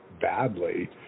badly